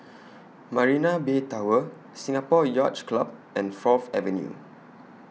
Marina Bay Tower Singapore Yacht Club and Fourth Avenue